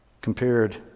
compared